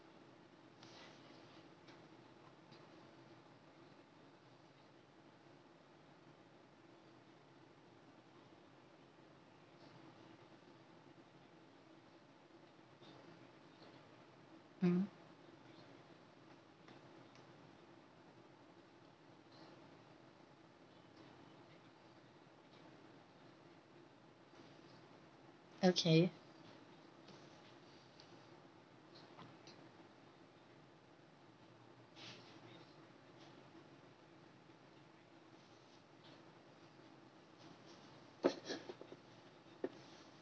mm okay